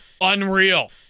unreal